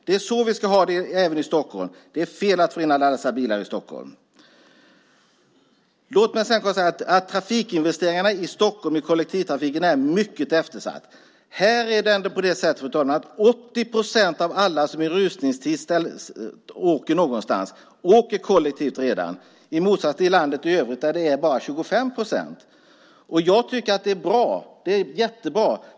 Det är så vi ska ha det även i Stockholm. Det är fel att få in alla dessa bilar i Stockholm. Låt mig sedan konstatera att trafikinvesteringarna i Stockholm i kollektivtrafiken är mycket eftersatta. Här åker redan, fru talman, 80 procent kollektivt av alla som åker någonstans i rusningstid. Det kan jämföras med landet i övrigt där det bara är 25 procent. Jag tycker att det är bra. Det är jättebra.